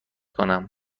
کنم